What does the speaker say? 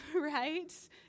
right